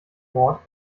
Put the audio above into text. mord